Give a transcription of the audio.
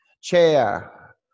Chair